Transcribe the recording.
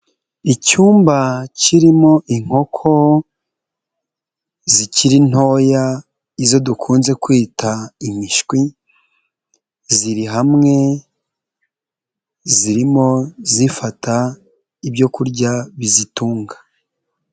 Icyumba kirimo inkoko zikiri ntoya izo dukunze kwita imishwi, ziri hamwe zirimo zifata ibyo kurya bizitunga.